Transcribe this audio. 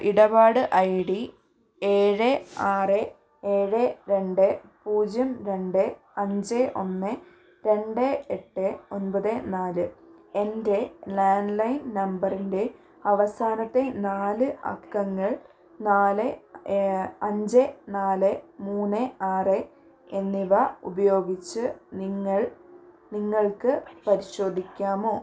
ഇടപാട് I D ഏഴ് ആറ് ഏഴ് രണ്ട് പൂജ്യം രണ്ട് അഞ്ച് ഒന്ന് രണ്ട് എട്ട് ഒൻപത് നാല് എന്റെ ലാൻഡ് ലൈൻ നമ്പറിന്റെ അവസാനത്തെ നാല് അക്കങ്ങൾ നാല് അഞ്ച് നാല് മൂന്ന് ആറ് എന്നിവ ഉപയോഗിച്ച് നിങ്ങൾ നിങ്ങൾക്ക് പരിശോധിക്കാമോ